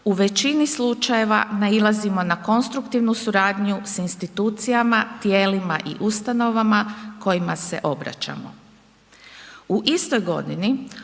u većini slučajeva nailazimo na konstruktivnu suradnju s institucijama, tijelima i ustanovama kojima se obraćamo. U istoj godini